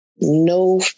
no